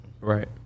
right